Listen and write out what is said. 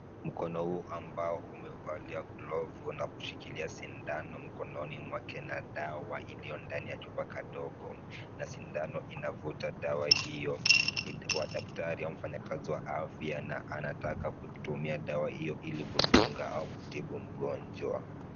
Mkono huu ambao umeuvalia glovu na kushikilia sindano mkononi mwake na dawa iliyo ndani ya chupa ndogo na sindano inavuta dawa hio. Daktari au mfanyikazi wa afya anataka kutumia dawa hio ili kudunga au kutibu mgonjwa.